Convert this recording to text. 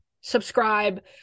subscribe